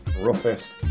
roughest